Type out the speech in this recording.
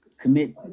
Commit